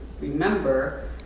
remember